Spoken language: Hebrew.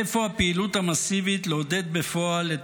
איפה הפעילות המסיבית לעודד בפועל את